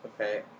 Okay